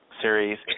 series